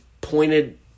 pointed